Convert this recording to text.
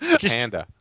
Panda